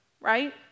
right